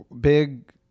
big